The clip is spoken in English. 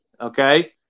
okay